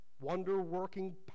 wonder-working